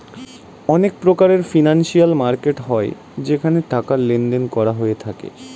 অনেক প্রকারের financial market হয় যেখানে টাকার লেনদেন করা হয়ে থাকে